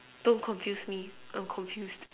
don't confuse me I'm confused